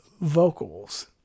vocals